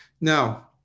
now